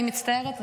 אני מצטערת,